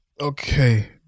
Okay